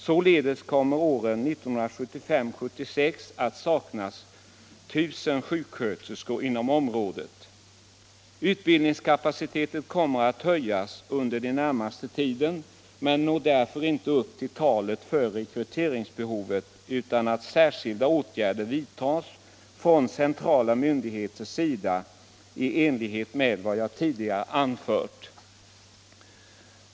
Således kommer det under året 1975/76 att saknas I 000 sjuksköterskor inom området. | Utbildningskapaciteten kommer att höjas under den närmaste tiden men når därför inte upp till talet för rekryteringsbehovet utan att särskilda åtgärder vidtas från centrala myndigheters sida i enlighet med vad jag tidigare anfört.